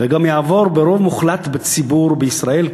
וגם יעבור ברוב מוחלט בציבור בישראל,